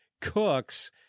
Cooks